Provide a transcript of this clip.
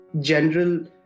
general